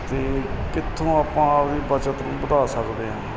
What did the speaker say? ਅਤੇ ਕਿੱਥੋਂ ਆਪਾਂ ਆਪਣੀ ਬੱਚਤ ਨੂੰ ਵਧਾ ਸਕਦੇ ਹਾਂ